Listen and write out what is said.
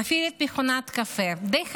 מפעיל את מכונת הקפה, די חדישה,